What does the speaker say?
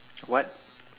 what